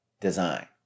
design